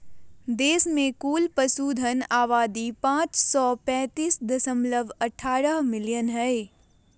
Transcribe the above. देश में कुल पशुधन आबादी पांच सौ पैतीस दशमलव अठहतर मिलियन हइ